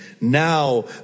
now